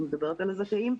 אני מדברת על הזכאים,